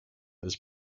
this